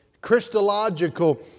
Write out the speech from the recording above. Christological